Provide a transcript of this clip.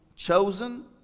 Chosen